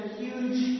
huge